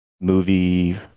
movie